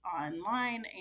online